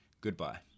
goodbye